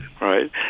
right